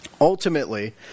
Ultimately